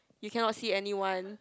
you cannot see anyone